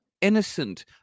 innocent